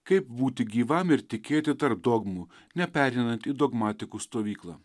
kaip būti gyvam ir tikėti tarp dogmų nepereinant į dogmatikų stovyklą